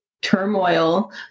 turmoil